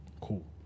cool